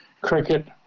cricket